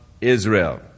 Israel